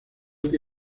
que